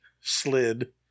Slid